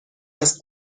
است